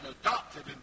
adopted